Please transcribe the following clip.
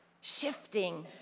shifting